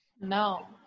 no